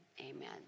amen